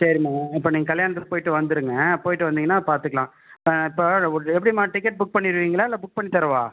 சரிம்மா இப்போ நீங்கள் கல்யாணத்துக்கு போய்ட்டு வந்துருங்க போய் விட்டு வந்திங்ன்னா பார்த்துக்கலாம் இப்போ எப்படிம்மா டிக்கெட் புக் பண்ணிருவிங்களா இல்லை புக் பண்ணி தரவா